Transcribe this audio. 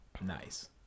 nice